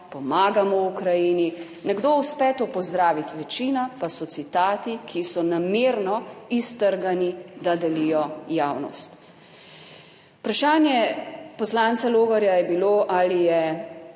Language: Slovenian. pomagamo Ukrajini? Nekdo uspe to pozdraviti, večina pa so citati, ki so namerno iztrgani, da delijo javnost. Vprašanje poslanca Logarja je bilo ali je